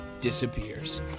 disappears